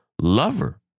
lover